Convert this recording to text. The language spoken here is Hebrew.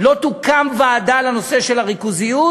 לא תוקם ועדה לנושא של הריכוזיות,